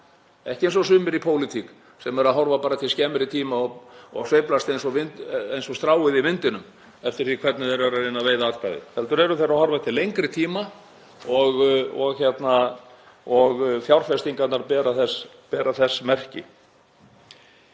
ekki eins og sumir í pólitík sem horfa bara til skemmri tíma og sveiflast eins og stráið í vindinum eftir því hvernig þeir eru að reyna að veiða atkvæði heldur eru þeir að horfa til lengri tíma og fjárfestingarnar bera þess merki.